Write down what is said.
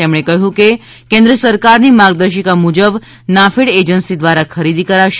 તેમણે કહ્યું કે કેન્દ્ર સરકારની માર્ગદર્શિકા મુજબ નાફેડ એજન્સી દ્વારા ખરીદી કરાશે